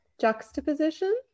juxtaposition